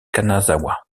kanazawa